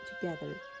together